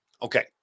Okay